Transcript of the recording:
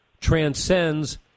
transcends